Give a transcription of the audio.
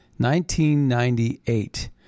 1998